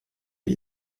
wie